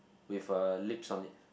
with uh lips on it